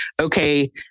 okay